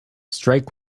strike